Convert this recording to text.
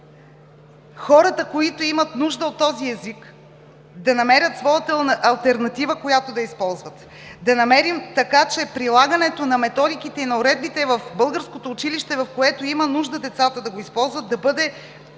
хората, които имат нужда от този език, да намерят своята алтернатива, която да използват. Да намерим така, че прилагането на методиките и на уредбите в българското училище, в което има нужда децата да го използват, да бъде